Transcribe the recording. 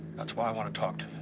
that's why i want to talk